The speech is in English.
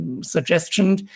suggestion